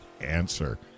answer